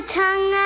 tongue